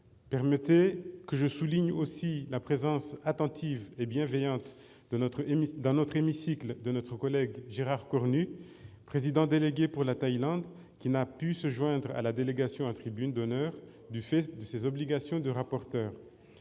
Permettez-moi de souligner aussi la présence attentive et bienveillante dans notre hémicycle de notre collègue Gérard Cornu, président délégué pour la Thaïlande, qui n'a pu se joindre à la délégation en tribune d'honneur du fait de ses obligations de rapporteur.